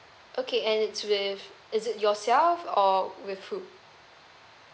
okay and it's with is it yourself or with who